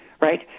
right